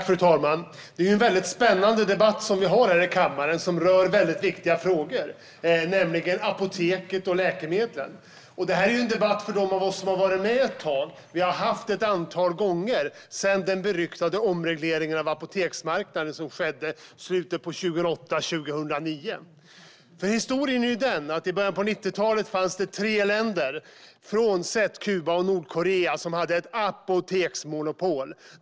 Fru talman! Det är en mycket spännande debatt som vi har här i kammaren och som rör mycket viktiga frågor, nämligen apoteken och läkemedlen. Detta är en debatt som vi som har varit med ett tag har haft ett antal gånger sedan den beryktade omregleringen av apoteksmarknaden som skedde i slutet av 2008 och i början av 2009. Historien är den att i början av 90-talet fanns det tre länder, frånsett Kuba och Nordkorea, som hade ett apoteksmonopol.